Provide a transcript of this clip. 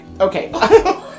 Okay